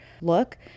look